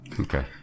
Okay